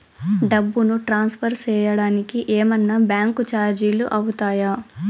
డబ్బును ట్రాన్స్ఫర్ సేయడానికి ఏమన్నా బ్యాంకు చార్జీలు అవుతాయా?